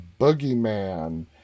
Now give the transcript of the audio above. Boogeyman